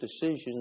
decisions